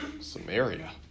Samaria